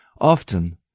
Often